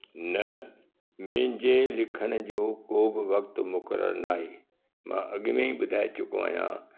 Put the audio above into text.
न मुंहिंजे लिखण जो को बि वक़्तु मुकर्र ना इहो मां अॻ में ई ॿुधाए चुको आहियां